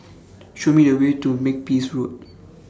Show Me The Way to Makepeace Road